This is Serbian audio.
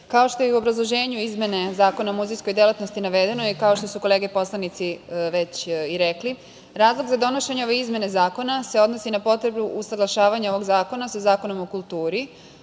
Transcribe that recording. kao što je i u obrazloženju izmene Zakona o muzejskoj delatnosti navedeno i kao što su kolege poslanici već i rekli, razlog za donošenje ove izmene zakona se odnosi na potrebu usaglašavanja ovog zakona sa Zakonom o kulturi